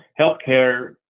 healthcare